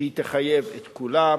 שתחייב את כולם,